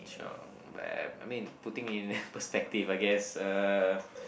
chiong but I I mean putting in perspective I guess uh